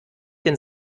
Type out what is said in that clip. den